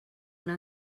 una